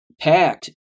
packed